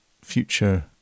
future